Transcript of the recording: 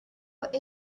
what